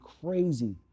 crazy